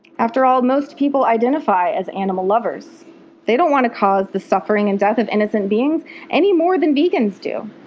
after all, most people identify as animal lovers they don't want to cause the suffering and death of innocent beings anymore than vegans do.